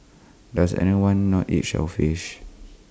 does anyone not eat shellfish